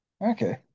Okay